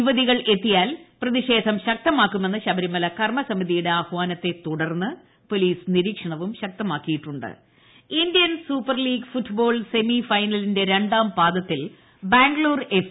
യുവതികൾ എത്തിയാൽ പ്രതിഷേധം ർക്തുമാക്കുമെന്ന് ശബരിമല കർമ്മസമിതിയുടെ ആഹ്ട്വാ്ന്ത്തെ തുടർന്ന് പോലീസ് നിരക്ഷണവും ശക്തമീക്കിയിട്ടുണ്ട് football Indian super league football semi ഫൈനലിന്റെ രണ്ടാം പാദത്തിൽ ബാംഗ്ലൂർ എഫ്